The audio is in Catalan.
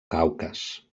caucas